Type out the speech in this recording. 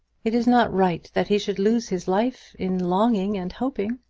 it is not right that he should lose his life in longing and hoping.